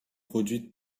produite